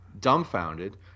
dumbfounded